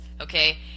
okay